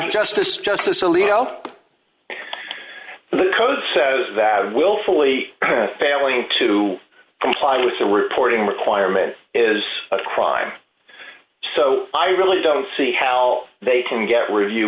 justice justice alito the code says that willfully failing to comply with the reporting requirement is a crime so i really don't see how they can get review